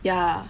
ya